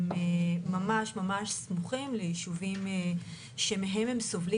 הם ממש ממש סמוכים ליישובים שמהם הם סובלים